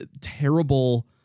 terrible